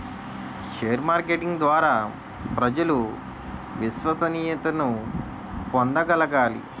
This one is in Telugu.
షేర్ మార్కెటింగ్ ద్వారా ప్రజలు విశ్వసనీయతను పొందగలగాలి